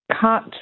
cut